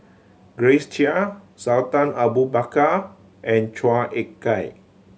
Grace Chia Sultan Abu Bakar and Chua Ek Kay